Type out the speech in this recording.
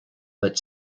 but